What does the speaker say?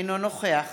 אינו נוכח